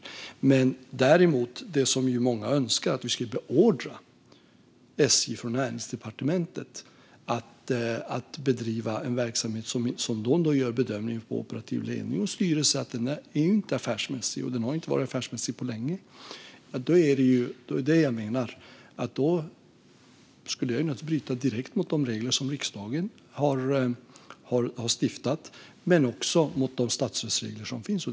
Jag menar däremot att det som många önskar - nämligen att vi från Näringsdepartementets sida skulle beordra SJ att bedriva en verksamhet som både operativ ledning och styrelse gör bedömningen inte är affärsmässig och inte har varit affärsmässig på länge - naturligtvis skulle direkt bryta mot de regler som riksdagen har stiftat och de statrådsregler som finns.